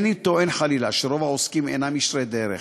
אינני טוען חלילה שרוב העוסקים אינם ישרי דרך.